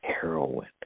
heroin